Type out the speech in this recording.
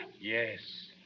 Yes